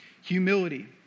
Humility